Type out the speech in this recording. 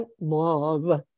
love